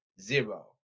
zero